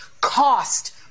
cost